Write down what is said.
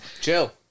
Chill